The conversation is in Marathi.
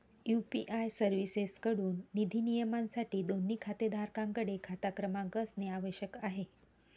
यू.पी.आय सर्व्हिसेसएकडून निधी नियमनासाठी, दोन्ही खातेधारकांकडे खाता क्रमांक असणे आवश्यक आहे